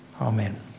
Amen